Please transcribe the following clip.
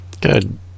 Good